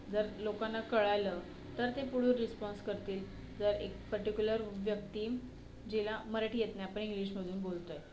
जर लोकांना कळालं तर ते पुढं रिस्पॉन्स करतील जर एक पर्टिक्युलर व्यक्ती जिला मराठी येत नाही आपण इंग्लिशमधून बोलतो आहे